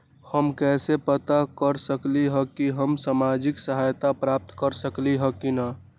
हम कैसे पता कर सकली ह की हम सामाजिक सहायता प्राप्त कर सकली ह की न?